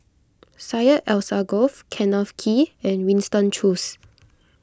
Syed Alsagoff Kenneth Kee and Winston Choos